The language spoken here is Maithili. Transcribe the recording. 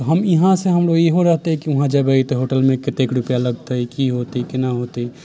हम इहा से हम इहो रहतै कि हम वहाँ जेबै तऽ होटलमे कतेक रूपैआ लगतै की होतै केना होतै